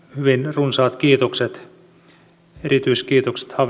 runsaat kiitokset erityiskiitokset havin hallintovaliokunnan valiokuntaneuvos rinteelle